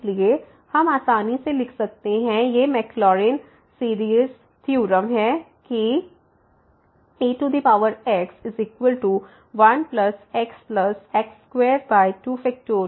इसलिए हम आसानी से लिख सकते हैं यह मैकलॉरिन सीरीज़थ्योरम है कि ex1xx22